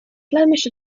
flemish